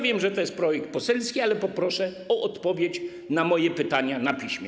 Wiem, że to jest projekt poselski, ale poproszę o odpowiedź na moje pytania na piśmie.